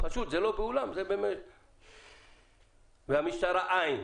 זה לא באולם, והמשטרה, אין.